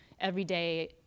everyday